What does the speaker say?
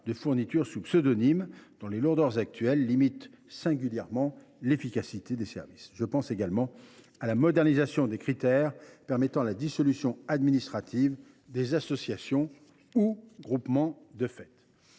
de fournitures sous pseudonyme, dont les lourdeurs actuelles limitent singulièrement l’efficacité pour les services. Je pense également à la modernisation des critères permettant la dissolution administrative des associations ou groupements de fait.